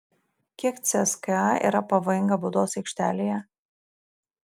kiek cska yra pavojinga baudos aikštelėje